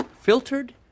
filtered